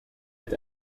het